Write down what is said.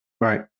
Right